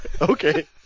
okay